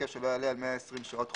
בהיקף שלא יעלה על 120 שעות חודשיות,